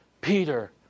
Peter